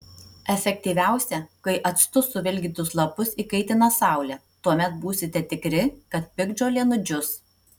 efektyviausia kai actu suvilgytus lapus įkaitina saulė tuomet būsite tikri kad piktžolė nudžius